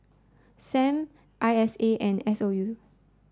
Sam I S A and S O U